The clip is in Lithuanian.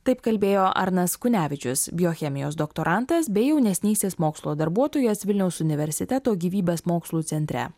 taip kalbėjo arnas kunevičius biochemijos doktorantas bei jaunesnysis mokslo darbuotojas vilniaus universiteto gyvybės mokslų centre